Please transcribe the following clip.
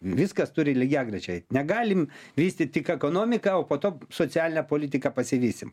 viskas turi lygiagrečiai negalim vystyt tik ekonomiką o po to socialinę politiką pasivysim